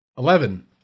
Eleven